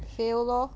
fail lor